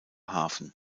hafen